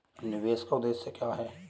निवेश का उद्देश्य क्या है?